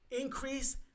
Increase